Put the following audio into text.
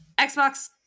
Xbox